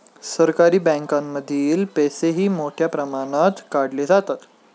सहकारी बँकांमधील पैसेही मोठ्या प्रमाणात काढले जातात